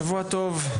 שבוע טוב,